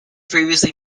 previously